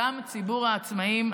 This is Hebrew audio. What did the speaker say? גם ציבור העצמאים,